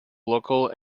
local